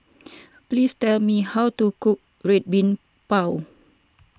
please tell me how to cook Red Bean Bao